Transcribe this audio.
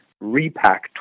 repack